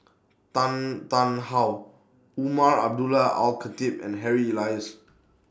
Tan Tarn How Umar Abdullah Al Khatib and Harry Elias